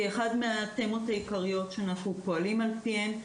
כאחת מהתפישות העיקריות שאנחנו פועלים על פיהן.